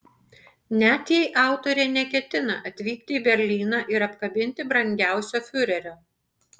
net jei autorė neketina atvykti į berlyną ir apkabinti brangiausio fiurerio